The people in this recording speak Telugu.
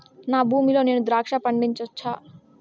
నా భూమి లో నేను ద్రాక్ష పండించవచ్చా?